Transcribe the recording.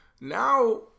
now